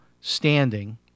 standing